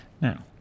Now